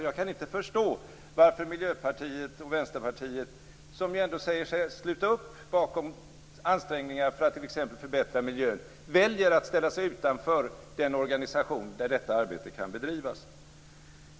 Jag kan inte förstå varför Miljöpartiet och Vänsterpartiet, som ändå säger sig sluta upp bakom ansträngningar för att t.ex. förbättra miljön, väljer att ställa sig utanför den organisation där detta arbete kan bedrivas.